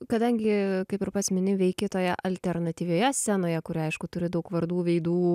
kadangi kaip ir pats mini veiki toje alternatyvioje scenoje kur aišku turi daug vardų veidų